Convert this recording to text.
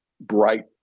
bright